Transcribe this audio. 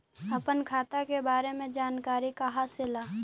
अपन खाता के बारे मे जानकारी कहा से ल?